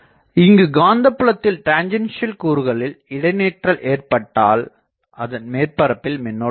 இங்குக் காந்தபுலத்தில் டெஞ்சன்சியல் கூறுகளில் இடைநிற்றல் ஏற்பட்டால் அதன் மேற்பரப்பில் மின்னோட்டம் இருக்கும்